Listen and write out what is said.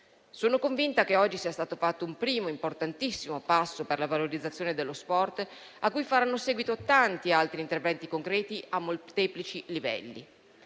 Sono convinta che oggi sia stato fatto un primo, importantissimo passo per la valorizzazione dello sport, a cui faranno seguito tanti altri interventi concreti a molteplici livelli.